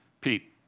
Pete